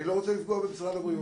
אני לא רוצה לפגוע במשרד הבריאות.